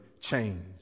change